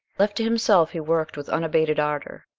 left to himself he worked with unabated ardor,